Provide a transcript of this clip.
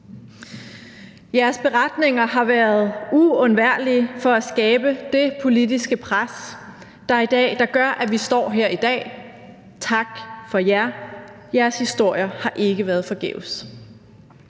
Jeres beretninger har været uundværlige for at skabe det politiske pres, der gør, at vi står her i dag. Tak til jer. Jeres historier har ikke været forgæves.